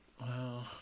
Wow